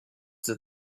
that